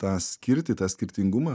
tą skirtį tą skirtingumą